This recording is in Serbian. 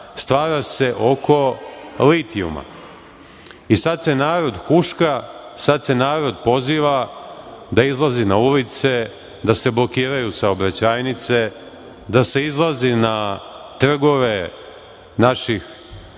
stvara se oko litijuma. I sada se narod huška, sada se narod poziva da izlazi na ulice, da se blokiraju saobraćajnice, da se izlazi na trgove naših